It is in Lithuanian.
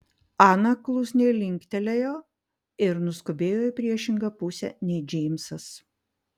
ana klusniai linktelėjo ir nuskubėjo į priešingą pusę nei džeimsas